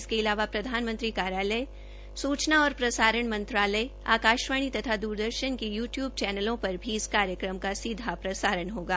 इसके अलावा प्रधानमंत्री कार्यालय सूचना और प्रसारण मंत्रालय आकाशवाणी तथा दूरदर्शन् के यू टयूब चैनलो पर भी इस कार्यक्रम का सीधा प्रसारण होगा